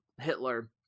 Hitler